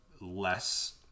less